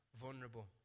vulnerable